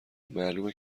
معلومه